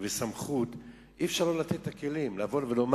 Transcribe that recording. וסמכות אי-אפשר שלא לתת את הכלים, לומר: